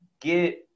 get